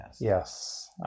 Yes